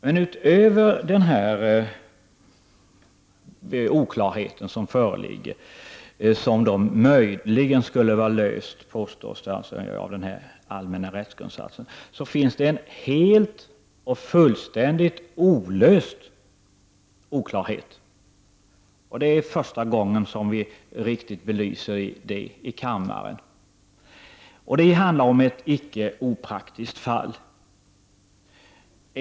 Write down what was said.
Men utöver den oklarhet som föreligger och som möjligen skulle vara löst av den allmänna rättsgrundsatsen, finns det en helt och fullständigt olöst oklarhet. Det är första gången som vi riktigt belyser det i kammaren. Det handlar om ett icke opraktiskt fall.